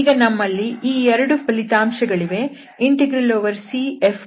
ಈಗ ನಮ್ಮಲ್ಲಿ ಈ ಎರಡು ಫಲಿತಾಂಶ ಗಳಿವೆ CF2dy∬RF2∂xdA ಹಾಗೂCF1dx∬R F1∂ydA